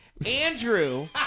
Andrew